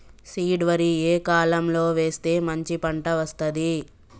Seed వరి ఏ కాలం లో వేస్తే మంచి పంట వస్తది?